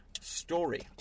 Story